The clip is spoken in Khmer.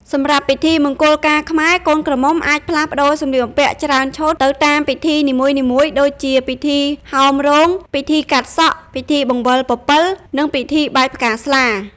សម្រាប់ពិធីមង្គលការខ្មែរ កូនក្រមុំអាចផ្លាស់ប្តូរសម្លៀកបំពាក់ច្រើនឈុតទៅតាមពិធីនីមួយៗដូចជា ពិធីហោមរោង ពិធីកាត់សក់ ពិធីបង្វិលពពិល និង ពិធីបាចផ្កាស្លា ។